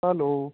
hello